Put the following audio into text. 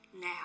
now